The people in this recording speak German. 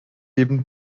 eben